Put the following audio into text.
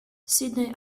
sydney